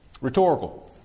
Rhetorical